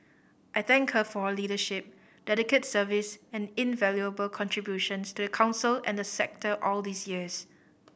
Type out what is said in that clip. I thank her for her leadership dedicated service and invaluable contributions to the Council and the sector all these years